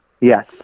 Yes